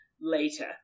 later